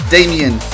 Damien